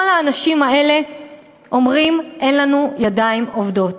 כל האנשים האלה אומרים: אין לנו ידיים עובדות,